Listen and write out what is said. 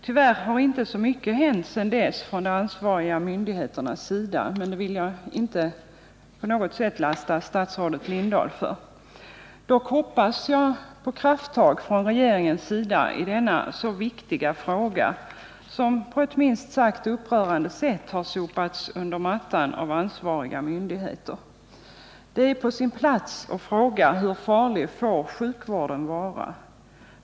Tyvärr har inte så mycket hänt sedan dess från de ansvariga myndigheternas sida, men det vill jag inte på något sätt lasta statsrådet Lindahl för. Dock hoppas jag på krafttag från regeringens sida i denna så viktiga fråga, som på ett minst sagt upprörande sätt har sopats under mattan av ansvariga myndigheter. Det är på sin plats att fråga: Hur farlig får sjukvården vara?